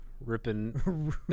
ripping